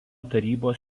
tarybos